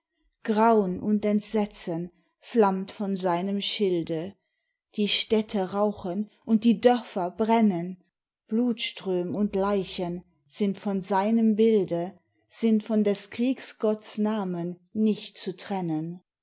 grau'n und entsetzen flammt von seinem schilde die städte rauchen und die dörfer brennen blutström und leichen sind von seinem bilde sind von des kriegsgotts namen nicht zu trennen